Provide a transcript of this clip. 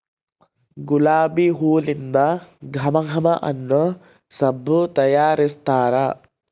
ಗುಲಾಬಿ ಹೂಲಿಂದ ಘಮ ಘಮ ಅನ್ನೊ ಸಬ್ಬು ತಯಾರಿಸ್ತಾರ